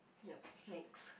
yup next